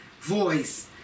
Voice